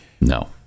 No